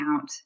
out